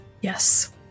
yes